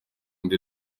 undi